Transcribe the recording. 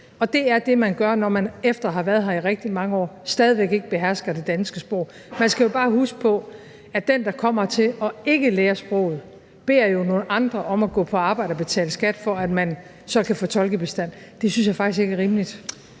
det er det, man gør, når man efter at have været her i rigtig mange år stadig væk ikke behersker det danske sprog. Man skal bare huske på, at den, der kommer hertil og ikke lærer sproget, jo beder nogle andre om at gå på arbejde og betale skat, for at man så kan få tolkebistand. Det synes jeg faktisk ikke er rimeligt.